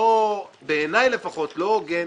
בעיני לפחות זה לא הוגן,